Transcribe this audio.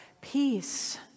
peace